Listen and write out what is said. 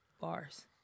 Bars